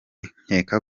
nkeka